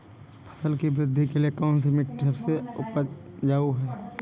फसल की वृद्धि के लिए कौनसी मिट्टी सबसे ज्यादा उपजाऊ है?